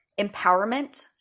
empowerment